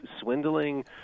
swindling